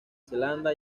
zelanda